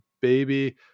baby